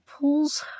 pulls